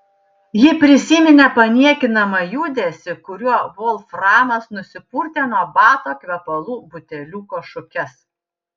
ji prisiminė paniekinamą judesį kuriuo volframas nusipurtė nuo bato kvepalų buteliuko šukes